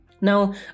Now